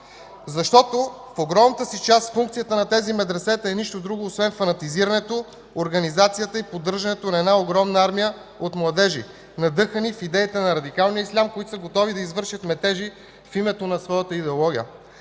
Защото в огромната си част функцията на тези медресета е нищо друго, освен фанатизирането, организацията и поддържането на една огромна армия от младежи, надъхани с идеите на радикалния ислям, които са готови да извършат метежи в името на своята идеология.